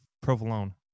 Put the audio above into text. Provolone